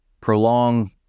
prolong